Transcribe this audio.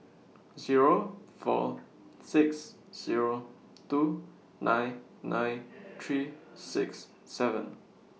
Zero four six Zero two nine nine three six seven